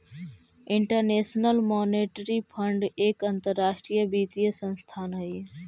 international monetary fund एक अंतरराष्ट्रीय वित्तीय संस्थान हई